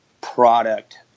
Product